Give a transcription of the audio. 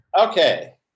Okay